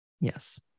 Yes